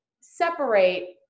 separate